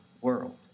world